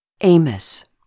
Amos